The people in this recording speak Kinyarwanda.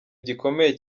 gikomeye